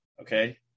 Okay